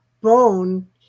bone